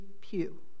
pew